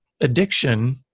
addiction